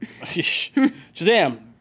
Shazam